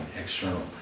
external